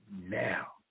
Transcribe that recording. now